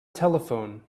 telephone